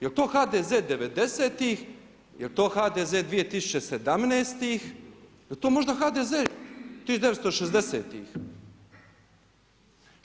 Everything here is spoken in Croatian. Jel to HDZ devedesetih, jel to HDZ 2017.-ih, jel to možda HDZ 1960.-ih?